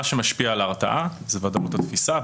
מה שמשפיע על הרתעה זה בוודאות התפיסה,